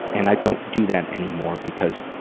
and i don't do that anymore because